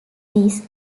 this